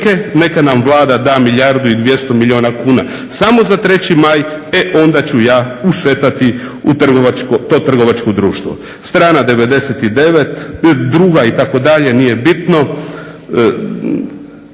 neka nam Vlada da milijardu i 200 milijuna kuna samo za 3.maj, e onda ću ja ušetati u to trgovačko društvo. Strana …/Ne razumije se./… itd., nije bitno.